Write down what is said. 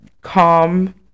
calm